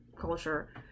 culture